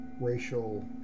racial